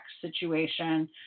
situation